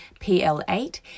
PL8